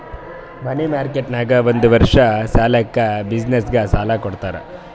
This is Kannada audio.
ಮನಿ ಮಾರ್ಕೆಟ್ ನಾಗ್ ಒಂದ್ ವರ್ಷ ಸಲ್ಯಾಕ್ ಬಿಸಿನ್ನೆಸ್ಗ ಸಾಲಾ ಕೊಡ್ತುದ್